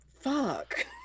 Fuck